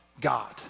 God